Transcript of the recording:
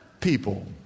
people